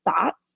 thoughts